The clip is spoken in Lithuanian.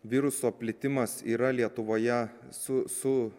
viruso plitimas yra lietuvoje su su